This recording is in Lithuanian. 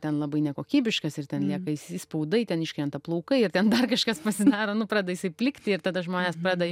ten labai nekokybiškas ir ten lieka įs įspaudai ten iškrenta plaukai ir ten dar kažkas pasidaro nu prada isai plikti ir tada žmonės prada